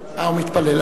מתפלל.